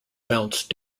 bounce